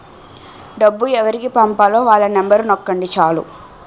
డబ్బు ఎవరికి పంపాలో వాళ్ళ నెంబరు నొక్కండి చాలు